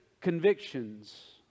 convictions